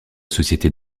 société